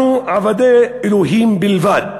אנחנו עבדי אלוהים בלבד.